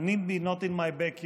Not in My Back Yard,